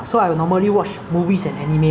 because like I like something that is lighthearted